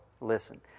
listen